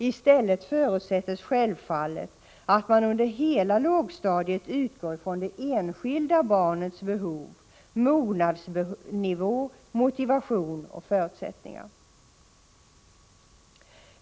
I stället förutsätts självfallet att man under hela lågstadiet utgår från det enskilda barnets behov, mognadsnivå, motivation och förutsättningar.